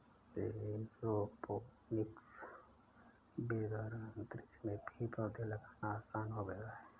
aeroponics विधि द्वारा अंतरिक्ष में भी पौधे लगाना आसान हो गया है